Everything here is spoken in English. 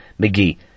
McGee